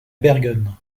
bergen